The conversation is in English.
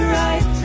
right